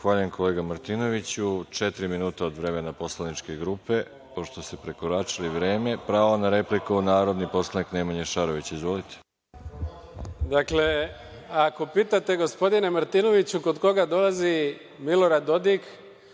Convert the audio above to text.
Zahvaljujem, kolega Martinoviću. Četiri minuta od vremena poslaničke krupe, pošto ste prekoračili vreme. Pravo na repliku, narodni poslanik Nemanja Šarović. Izvolite. **Nemanja Šarović** Dakle, ako pitate, gospodine Martinoviću, kod koga dolazi Milorad Dodik,